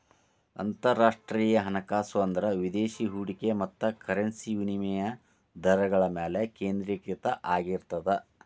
ಅಂತರರಾಷ್ಟ್ರೇಯ ಹಣಕಾಸು ಅಂದ್ರ ವಿದೇಶಿ ಹೂಡಿಕೆ ಮತ್ತ ಕರೆನ್ಸಿ ವಿನಿಮಯ ದರಗಳ ಮ್ಯಾಲೆ ಕೇಂದ್ರೇಕೃತ ಆಗಿರ್ತದ